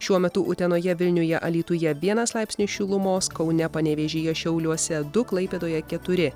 šiuo metu utenoje vilniuje alytuje vienas laipsnis šilumos kaune panevėžyje šiauliuose du klaipėdoje keturi